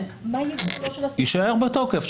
יישאר בתוקף.